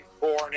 born